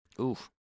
Oof